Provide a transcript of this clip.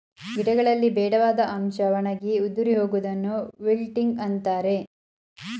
ಗಿಡಗಳಲ್ಲಿ ಬೇಡವಾದ ಅಂಶ ಒಣಗಿ ಉದುರಿ ಹೋಗುವುದನ್ನು ವಿಲ್ಟಿಂಗ್ ಅಂತರೆ